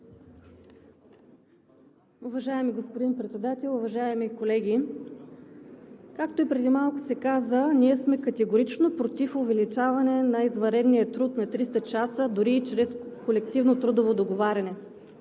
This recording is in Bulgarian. Уважаеми господин Председател, уважаеми колеги! Както и преди малко се каза, ние сме категорично против увеличаване на извънредния труд на 300 часа, дори и чрез колективно трудово договаряне.